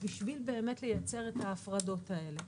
בשביל לייצר את ההפרדות האלה.